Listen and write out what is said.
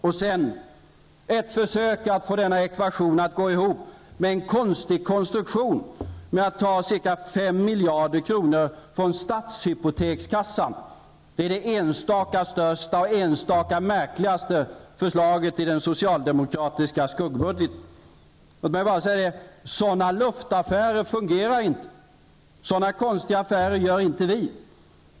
Sedan finns det ett försök att få denna ekvation att gå ihop med en konstig konstruktion att ta ca 5 miljarder kronor från statshypotekskassan. Det är det enstaka största och märkligaste förslaget i den socialdemokratiska skuggbudgeten. Sådana luftaffärer fungerar inte. Sådana konstiga affärer gör inte vi.